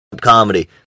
comedy